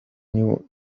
new